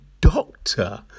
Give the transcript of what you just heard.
doctor